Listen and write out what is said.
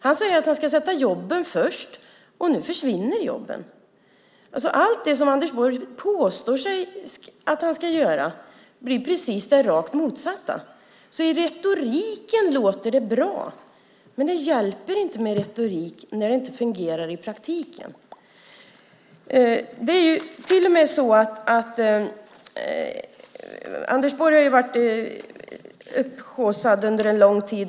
Han säger att han ska sätta jobben först och sedan försvinner jobben. Allt det som Anders Borg påstår att han ska göra blir precis det rakt motsatta. I retoriken låter det bra, men det hjälper inte med retorik när det inte fungerar i praktiken. Anders Borg har varit upphaussad under en lång tid.